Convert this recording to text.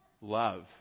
Love